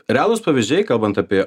realūs pavyzdžiai kalbant apie